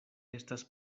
estas